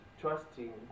trusting